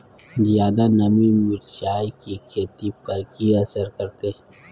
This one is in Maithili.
ज्यादा नमी मिर्चाय की खेती पर की असर करते?